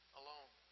alone